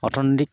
অৰ্থনীতিক